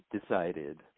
decided